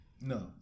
No